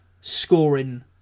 scoring